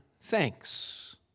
thanks